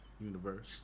universe